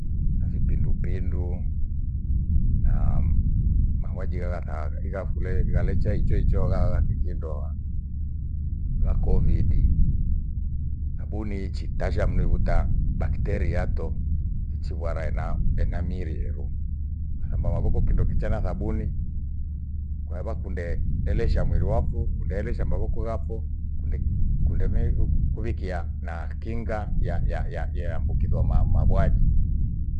Hathi pindupindu na mauaji yagathagha ighafule ighalecha icho icho ghala thikuindoa. Vakovidi thabuni ichitasha mndu mvuta bacteria yato ichivara ena- enamiri ero. Hamba mavoko kindo kicha na thabuni kwavakunde elesha mwiri wapho, kunde elesha mavoko yapho, kunde- kunde nai- uhu kuwikia na kinga ya- ya- ya ambukizwa mabwaji